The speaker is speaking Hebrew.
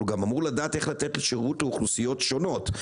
אבל הוא גם אמור לדעת איך לתת שירות לאוכלוסיות שונות.